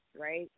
right